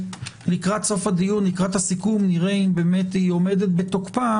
שלקראת סוף הדיון נראה אם היא באמת עומדת בתוקפה